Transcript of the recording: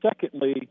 secondly